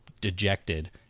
dejected